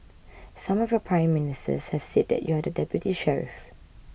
some of your Prime Ministers have said that you are the deputy sheriff